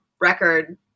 record